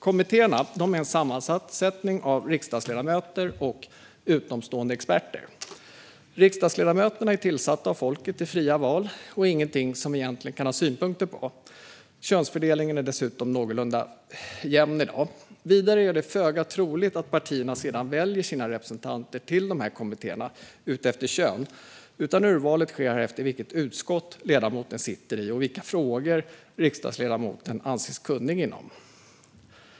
Kommittéerna är en sammansättning av riksdagsledamöter och utomstående experter. Riksdagsledamöterna är tillsatta av folket i fria val och ingenting som vi egentligen kan ha synpunkter på. Könsfördelningen är dessutom någorlunda jämn i dag. Vidare är det föga troligt att partierna väljer sina representanter till dessa kommittéer utifrån kön, utan urvalet sker utifrån vilket utskott som ledamoten sitter i och vilka frågor som riksdagsledamoten anses kunnig inom.